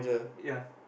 ya